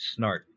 snart